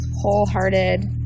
wholehearted